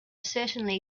certainly